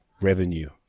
revenue